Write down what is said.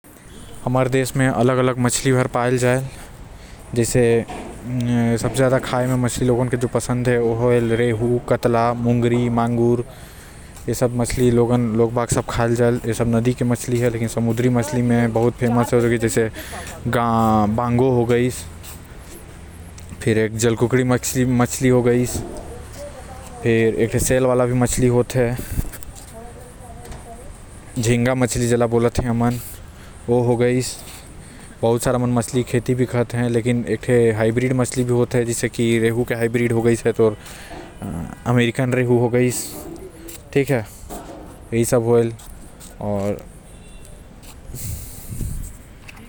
भारत म बहुत प्रकार के मछली पायल जायल खाए बर जैसे पहिले रोहू हो गइस कतला हो गाइस मृगल हो गाइस आऊ मोगरी हो गाइस।